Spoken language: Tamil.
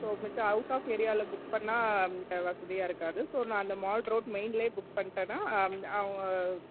ஸோ மற்ற அவுட் ஆஃப் ஏரியாவில புக் பண்ணால் வசதியாக இருக்காது ஸோ நான் அந்த மால் ரோட் மெயின்லயே புக் பண்ணிட்டேன்னா அவங்க